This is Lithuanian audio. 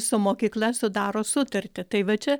su mokykla sudaro sutartį tai va čia